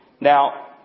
Now